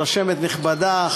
רשמת נכבדה,